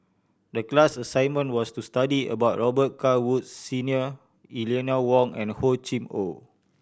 the class assignment was to study about Robet Carr Woods Senior Eleanor Wong and Hor Chim Or